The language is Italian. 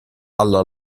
alla